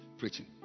preaching